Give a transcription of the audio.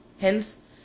Hence